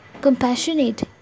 compassionate